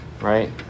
right